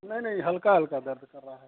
नहीं नहीं हल्का हल्का दर्द कर रहा है